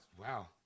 Wow